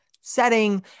setting